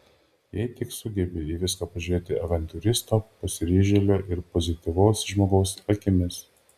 jei tik sugebi į viską pažiūrėti avantiūristo pasiryžėlio ir pozityvaus žmogaus akimis